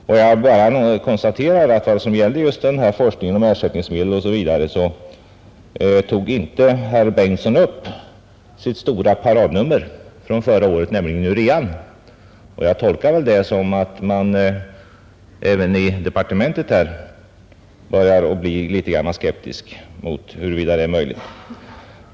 Jag vill bara konstatera att när det gäller forskningen om ersättningsmedel tog herr Bengtsson inte upp sitt stora paradnummer från förra året, nämligen urean, och jag tolkar detta så att man även inom departementet börjar bli något skeptisk mot huruvida det är möjligt.